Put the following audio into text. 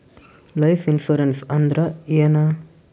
Life insurance ಅಂದ್ರ ಏನ?